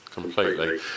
completely